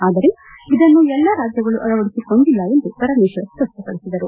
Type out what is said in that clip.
ಆದರೆ ಇದನ್ನು ಎಲ್ಲ ರಾಜ್ಯಗಳು ಅಳವಡಿಸಿಕೊಂಡಿಲ್ಲ ಎಂದು ಪರಮೇಶ್ವರ್ ಸ್ಪಷ್ಟಪಡಿಸಿದರು